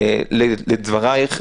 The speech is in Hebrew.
לדברייך,